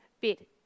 bit